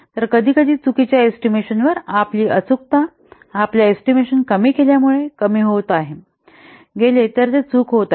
तर कधीकधी चुकीच्या एस्टिमेशनवर आपली अचूकता आपला एस्टिमेशन कमी केल्यामुळे कमी होत गेला तर ते चूक होत आहे